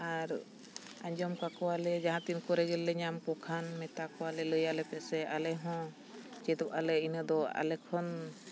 ᱟᱨ ᱟᱸᱡᱚᱢ ᱠᱟᱠᱚᱣᱟᱞᱮ ᱡᱟᱦᱟᱸ ᱛᱤᱱ ᱠᱚᱨᱮ ᱜᱮᱞᱮ ᱧᱟᱢ ᱠᱚᱠᱷᱟᱱ ᱢᱮᱛᱟ ᱠᱚᱣᱟᱞᱮ ᱞᱟᱹᱭᱟᱞᱮ ᱯᱮᱥᱮ ᱟᱞᱮᱦᱚᱸ ᱪᱮᱫᱚᱜ ᱟᱞᱮ ᱤᱱᱟᱹ ᱫᱚ ᱟᱞᱮ ᱠᱷᱚᱱ